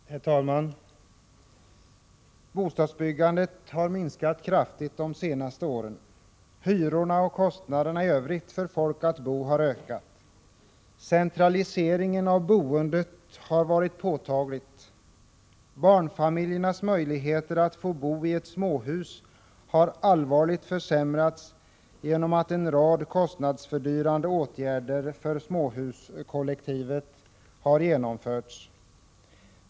Herr talman! Bostadsbyggandet har minskat kraftigt de senaste åren. Hyrorna och boendekostnaderna i övrigt har ökat för människorna. Centraliseringen av boendet har varit påtaglig. Barnfamiljernas möjligheter att få bo i småhus har allvarligt försämrats genom att en rad fördyrande åtgärder för småhuskollektiv har genomförts.